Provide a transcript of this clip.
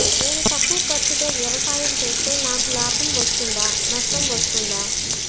నేను తక్కువ ఖర్చుతో వ్యవసాయం చేస్తే నాకు లాభం వస్తుందా నష్టం వస్తుందా?